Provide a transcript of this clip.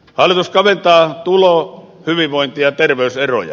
hallitus kaventaa tulo hyvinvointi ja terveyseroja